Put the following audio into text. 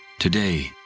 today,